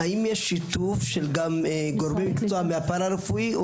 האם יש שיתוף של גורמי מקצוע מהפן הרפואי?